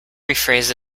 rephrase